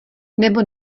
nebo